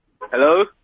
Hello